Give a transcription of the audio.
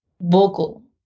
vocal